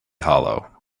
hollow